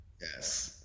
Yes